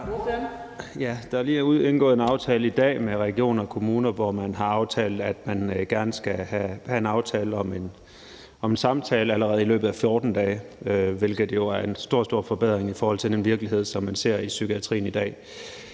Der er lige indgået en aftale i dag med regioner og kommuner, hvor man har aftalt, at man gerne skal have en aftale om en samtale allerede i løbet af 14 dage, hvilket jo er en stor, stor forbedring i forhold til den virkelighed, som man ser i psykiatrien i dag.